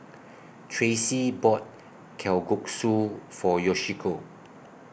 Tracie bought Kalguksu For Yoshiko